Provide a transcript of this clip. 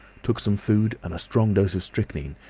took some food and a strong dose of strychnine,